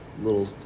little